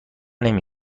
نمی